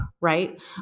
right